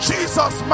Jesus